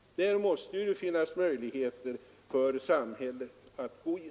Här måste det finnas möjligheter för samhället att gå in.